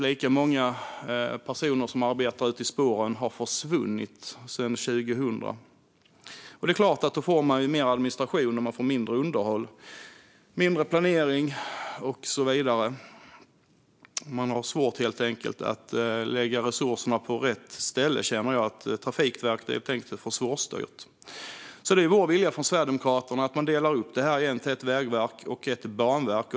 Lika många personer som arbetar ute i spåren har försvunnit sedan 2000, och det är klart att man får mer administration och mindre underhåll, planering och så vidare då. Man har svårt att lägga resurserna på rätt ställe. Trafikverket är helt enkelt för svårstyrt. Det är därför Sverigedemokraternas vilja att man åter delar upp det i ett vägverk och ett banverk.